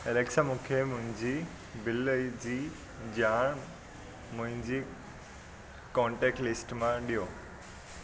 Alexa मूंखे मुंहिंजी bill जी ॼाणु मुंहिंजी कोंटेक्ट लिस्ट मां ॾियो